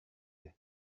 үһү